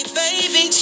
baby